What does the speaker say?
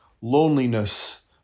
loneliness